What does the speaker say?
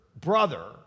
brother